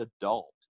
adult